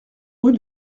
rue